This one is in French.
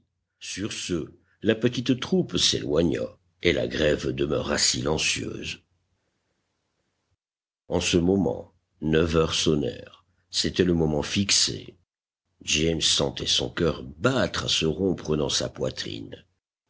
sur ce la petite troupe s'éloigna et la grève demeura silencieuse en ce moment neuf heures sonnèrent c'était le moment fixé james sentait son cœur battre à se rompre dans sa poitrine